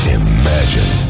imagine